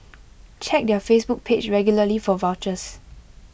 check their Facebook page regularly for vouchers